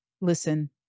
listen